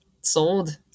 Sold